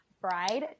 bride